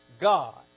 God